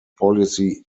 policy